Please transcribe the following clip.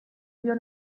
zio